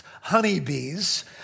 honeybees